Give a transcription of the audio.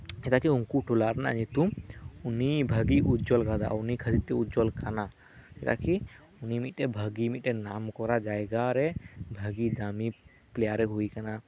ᱪᱮᱫᱟᱜ ᱠᱤ ᱩᱱᱠᱩ ᱴᱚᱞᱟ ᱨᱮᱭᱟᱜ ᱧᱩᱛᱩᱢ ᱩᱱᱤ ᱵᱷᱟᱹᱜᱤᱭ ᱩᱡᱡᱚᱞ ᱟᱠᱟᱫᱟ ᱚᱱᱟ ᱠᱷᱟᱹᱛᱤᱨ ᱛᱮ ᱩᱡᱡᱚᱞ ᱟᱠᱟᱱᱟ ᱪᱮᱫᱟᱜ ᱠᱤ ᱢᱤᱢᱤᱫᱴᱮᱡᱱ ᱵᱷᱟᱹᱜᱤ ᱱᱟᱢᱠᱚᱨᱟ ᱡᱟᱭᱜᱟ ᱨᱮ ᱵᱷᱟᱹᱜᱤ ᱫᱟᱹᱢᱤ ᱯᱞᱮᱭᱟᱨᱮᱭ ᱦᱩᱭ ᱟᱠᱟᱱᱟ